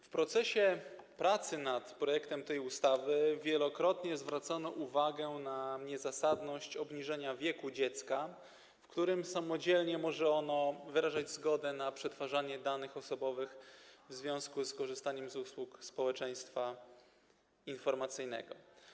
W procesie pracy nad projektem tej ustawy wielokrotnie zwracano uwagę na niezasadność obniżenia wieku dziecka, w którym samodzielnie może ono wyrażać zgodę na przetwarzanie danych osobowych w związku z korzystaniem z usług społeczeństwa informacyjnego.